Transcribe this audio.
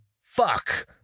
fuck